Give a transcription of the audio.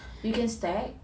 you can stack